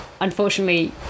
unfortunately